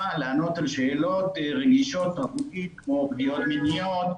לענות על שאלות רגישות תרבותית כמו פגיעות מיניות,